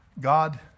God